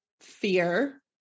fear